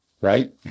right